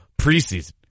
preseason